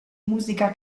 musica